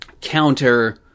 counter